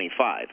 25